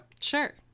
Sure